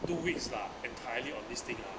two weeks lah entirely on this thing ah